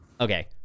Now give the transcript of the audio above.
Okay